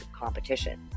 competition